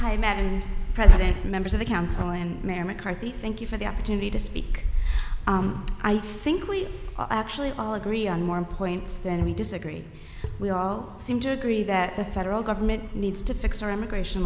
and president members of the council and mayor mccarthy thank you for the opportunity to speak i think we actually all agree on more in points than we disagree we all seem to agree that the federal government needs to fix our immigration